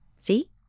See